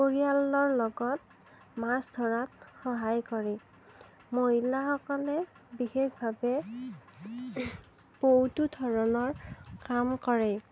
পৰিয়ালৰ লগত মাছ ধৰাত সহায় কৰে মহিলাসকলে বিশেষভাৱে বহুতো ধৰণৰ কাম কৰে